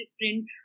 different